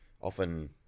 often